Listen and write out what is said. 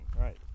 right